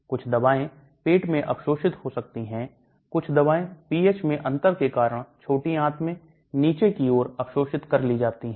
कुछ दवाएं पेट में अवशोषित हो सकती हैं कुछ दबाएं pH मैं अंतर के कारण छोटी आंत में नीचे की ओर अवशोषित कर ली जाती हैं